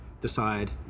decide